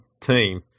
team